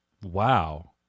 Wow